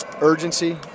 urgency